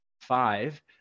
five